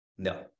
No